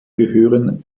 gehören